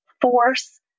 force